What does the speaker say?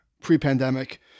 pre-pandemic